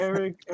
Eric